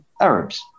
Arabs